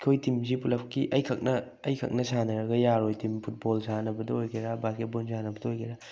ꯑꯩꯈꯣꯏ ꯇꯤꯝꯁꯤ ꯄꯨꯂꯞꯀꯤ ꯑꯩ ꯈꯛꯅ ꯑꯩ ꯈꯛꯅ ꯁꯥꯟꯅꯔꯒ ꯌꯥꯔꯣꯏ ꯇꯤꯝ ꯐꯨꯠꯕꯣꯜ ꯁꯥꯟꯅꯕꯗ ꯑꯣꯏꯒꯦꯔ ꯕꯥꯁꯀꯦꯠ ꯕꯣꯜ ꯁꯥꯟꯅꯕꯗ ꯑꯣꯏꯒꯦꯔ